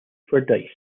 fordyce